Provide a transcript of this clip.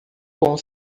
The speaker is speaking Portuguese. com